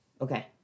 Okay